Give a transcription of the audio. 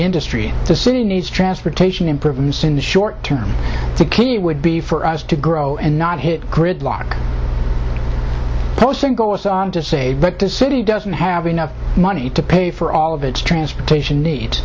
industry the city needs transportation improvements in the short term the key would be for us to grow and not hit gridlock posting goes on to say but the city doesn't have enough money to pay for all of its transportation need